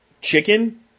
chicken